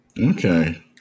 Okay